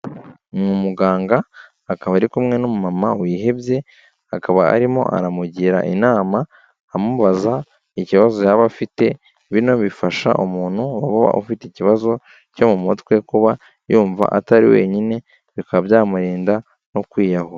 Ni umuganga akaba ari kumwe n'umumama wihebye, akaba arimo aramugira inama amubaza ikibazo yaba afite, bino bifasha umuntu uba ufite ikibazo cyo mu mutwe, kuba yumva atari wenyine, bikaba byamurinda no kwiyahura.